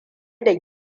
da